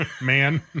man